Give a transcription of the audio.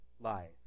life